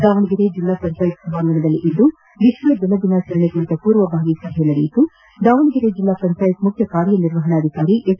ದಾವಣಗೆರೆ ಜೆಲ್ಲಾ ಪಂಚಾಯತ್ನ ಸಭಾಂಗಣದಲ್ಲಿಂದು ವಿಶ್ವ ಜಲ ದಿನಾಚರಣೆ ಕುರಿತ ಪೂರ್ವಭಾವಿ ಸಭೆಯಲ್ಲಿ ಮಾತನಾಡಿದ ದಾವಣಗೆರೆ ಜಿಲ್ಲಾ ಪಂಚಾಯತ್ ಮುಖ್ಯ ಕಾರ್ಯನಿರ್ವಪಣಾಧಿಕಾರಿ ಎಚ್